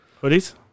hoodies